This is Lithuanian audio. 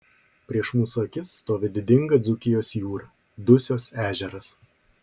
prieš mūsų akis stovi didinga dzūkijos jūra dusios ežeras